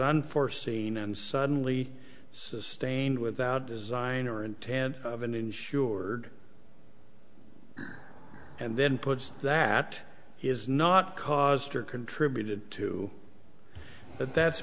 unforeseen and suddenly sustained without design or intent of an insured and then put that is not caused or contributed to but that's